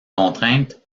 contraintes